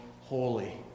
holy